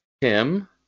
Tim